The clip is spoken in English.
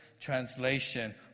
translation